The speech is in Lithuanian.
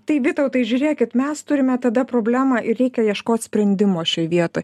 tai vytautai žiūrėkit mes turime tada problemą ir reikia ieškot sprendimo šioj vietoj